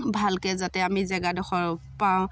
ভালকৈ যাতে আমি জেগাডোখৰ পাওঁ